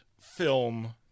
film